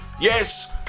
yes